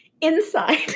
Inside